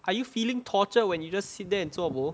are you feeling torture when you just sit there and 做 bo